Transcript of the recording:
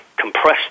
compressed